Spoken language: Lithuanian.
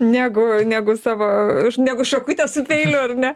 negu negu savo negu šakutę su peiliu ar ne